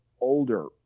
older